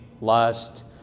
lust